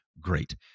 Great